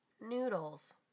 noodles